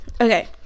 Okay